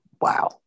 Wow